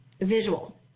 visual